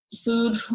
food